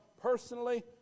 personally